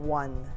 one